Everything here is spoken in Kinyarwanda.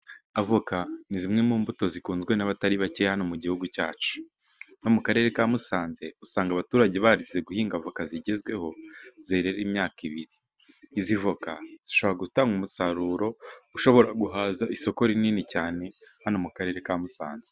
Avoka ni zimwe mu mbuto zikunzwe n'abatari bakeya hano mu gihugu cyacu, no mu Karere ka Musanze. Usanga abaturage barize guhinga avoka zigezweho zerera imyaka ibiri. Izi voka zishobora gutanga umusaruro ushobora guhaza isoko rinini cyane, hano mu Karere ka Musanze.